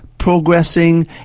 progressing